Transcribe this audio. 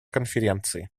конференции